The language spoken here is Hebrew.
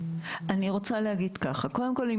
קודם כל,